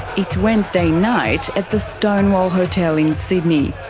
it's wednesday night at the stonewall hotel in sydney.